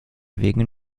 wegen